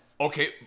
okay